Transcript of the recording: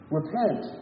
Repent